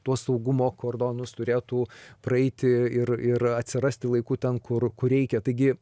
tuos saugumo kordonus turėtų praeiti ir ir atsirasti laiku ten kur kur reikia taigi